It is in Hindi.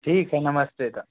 ठीक है नमस्ते ता